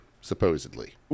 supposedly